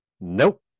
Nope